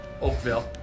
Oakville